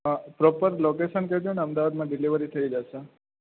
proper location કઈ દોન અમદાવાદમાં ડિલેવરી થઈ જશે